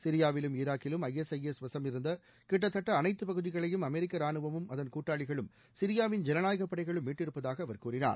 சிரியாவிலிலும் ஈராக்கிலும் ஐஎஸ்ஐஎஸ் வசமிருந்த கிட்டத்தட்ட அனைத்து பகுதிகளையும் அமெரிக்க ரானுவமும் அதன் கூட்டாளிகளும் சிரியாவின் ஜனநாயக படைகளும் மீட்டிருப்பதாக அவர் கூறினார்